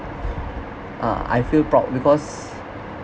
uh I feel proud because